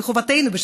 זה מחובתנו.